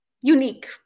unique